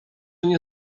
nie